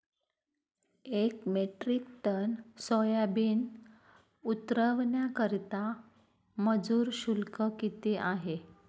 एक metric tonne soybean उतरवण्याकरता मजूर शुल्क किती आहे?